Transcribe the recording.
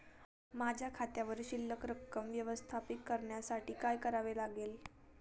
माझ्या खात्यावर शिल्लक रक्कम व्यवस्थापित करण्यासाठी काय करावे लागेल?